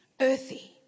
earthy